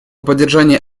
поддержание